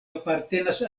apartenas